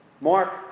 Mark